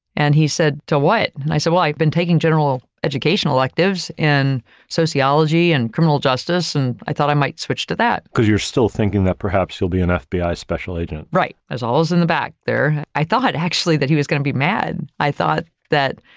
and he said, to what, and and i said, well, i've been taking general educational electives in sociology and criminal justice. and i thought i might switch to that. because you're still thinking that perhaps you'll be an ah fbi special agent. right, always in the back there. i thought i'd actually that he was going to be mad. i thought that,